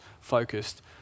focused